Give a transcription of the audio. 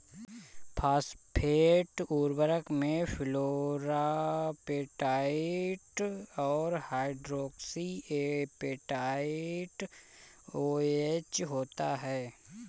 phosphate उर्वरक में fluorapatite और हाइड्रोक्सी एपेटाइट ओएच होता है